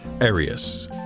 Arius